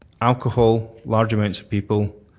alcohol, large amounts of people,